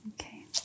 Okay